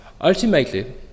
Ultimately